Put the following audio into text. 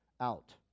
out